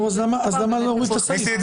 נו, אז למה להוריד את הסעיף?